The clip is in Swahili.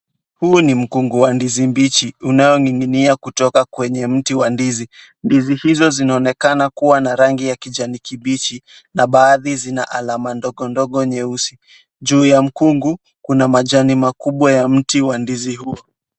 Huu ni mkungu wa ndizi mbichi, unao ninginia kutoka kwenye mti wa ndizi. Ndizi hizo zinaonekana kuwa na rangi ya kijani kijichi, na baadhi zina alama ndogo ndogo nyeusi. Juu ya mkungu, kuna majani makubwa ya mti wa ndizi huo.